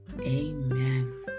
Amen